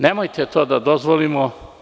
Nemojte to da dozvolimo.